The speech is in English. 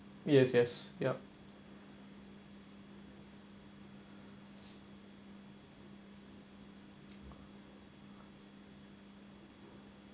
yes yes yup